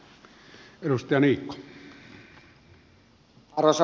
arvoisa puhemies